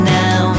now